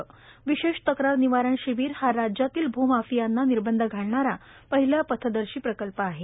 विशेष तक्रार निवारण शिबीर हा राज्यातील भूमाफियांना निर्बध घालणारा पहिला पथदर्शी प्रकल्प आहे